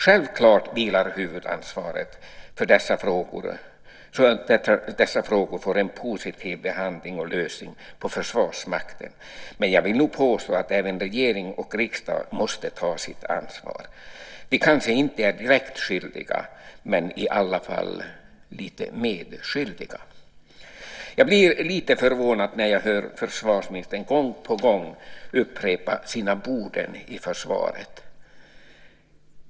Självklart vilar huvudansvaret för att dessa frågor får en positiv behandling och lösning på Försvarsmakten. Men jag vill nog påstå att även regering och riksdag måste ta sitt ansvar. Vi kanske inte är direkt skyldiga, men vi är i alla fall lite medskyldiga. Jag blir lite förvånad när jag hör försvarsministern gång på gång upprepa ordet "borde" i svaret.